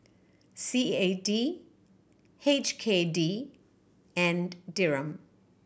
C A D H K D and Dirham